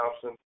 Thompson